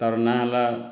ତାର ନାଁ ହେଲା